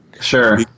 Sure